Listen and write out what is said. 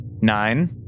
Nine